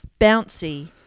Bouncy